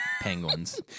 penguins